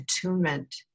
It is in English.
attunement